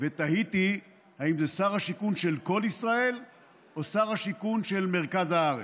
ותהיתי אם זה שר השיכון של כל ישראל או שר השיכון של מרכז הארץ.